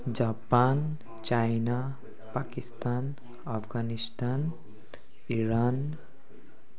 Japan China Pakistan Afghanistan Iran